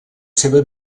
seva